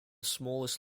smallest